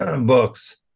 books